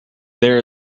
there